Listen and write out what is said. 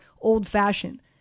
old-fashioned